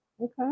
Okay